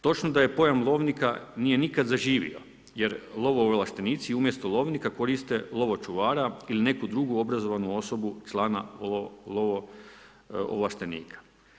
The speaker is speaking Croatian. Točno da pojam lovnika nije nikada zaživio jer lovo ovlaštenici umjesto lovnika koriste lovočuvara ili neku drugu obrazovanu osobu člana lovo ovlaštenika.